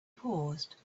paused